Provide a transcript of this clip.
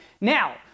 Now